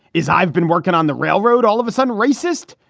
is i've been working on the railroad all of a sudden racist?